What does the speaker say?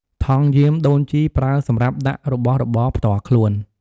ថង់យាមដូនជីប្រើសម្រាប់ដាក់របស់របរផ្ទាល់ខ្លួន។